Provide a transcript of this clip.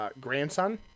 grandson